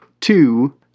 two